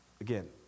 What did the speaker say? Again